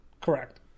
Correct